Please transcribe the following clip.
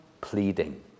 pleading